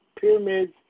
pyramids